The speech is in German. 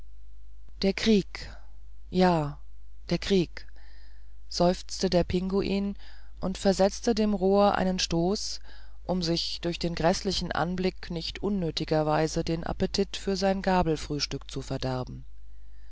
der krieg ja der krieg seufzte der pinguin und versetzte dem rohre einen stoß um sich durch den gräßlichen anblick nicht unnötigerweise den appetit für sein gabelfrühstück zu verderben